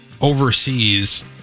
overseas